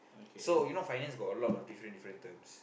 so you know finance got a lot of different different terms